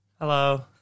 Hello